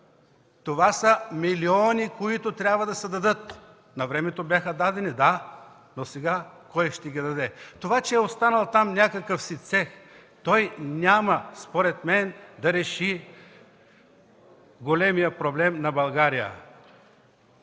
Това са милиони, които трябва да се дадат. Навремето бяха дадени – да, но сега кой ще ги даде? Това, че е останал там някакъв си цех, той няма според мен да реши големия проблем на България.